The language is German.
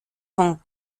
von